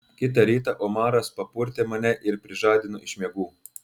kitą rytą omaras papurtė mane ir prižadino iš miegų